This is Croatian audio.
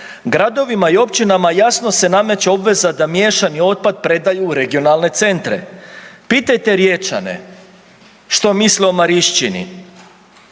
Gradovima i općinama jasno se nameće obveza da miješani otpad predaju u regionalne centre. Pitajte Riječane što misle o Marišćini.